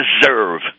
deserve